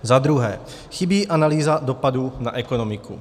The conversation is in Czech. Za druhé, chybí analýza dopadů na ekonomiku.